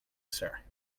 sir